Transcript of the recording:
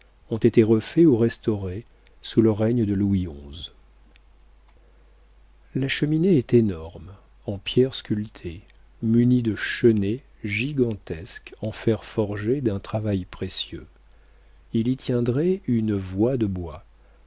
ont été refaits ou restaurés sous le règne de louis xi la cheminée est énorme en pierre sculptée munie de chenets gigantesques en fer forgé d'un travail précieux il y tiendrait une voie de bois